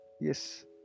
Yes